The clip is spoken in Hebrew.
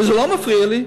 וזה לא מפריע לי,